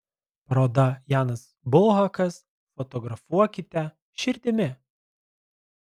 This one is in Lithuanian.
paroda janas bulhakas fotografuokite širdimi